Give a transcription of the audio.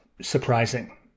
surprising